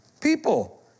people